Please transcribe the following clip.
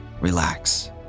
relax